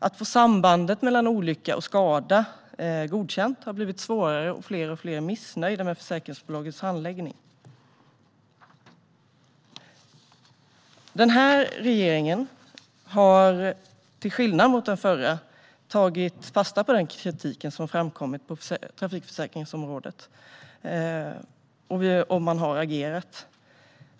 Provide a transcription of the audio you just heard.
Att få sambandet mellan olycka och skada godkänt har blivit svårare, och fler och fler är missnöjda med försäkringsbolagens handläggning. Denna regering har till skillnad från den förra tagit fasta på den kritik som framkommit på trafikförsäkringsområdet, och man har agerat.